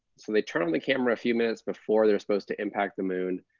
so they turn on the camera a few minutes before they're supposed to impact the moon,